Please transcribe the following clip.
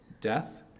death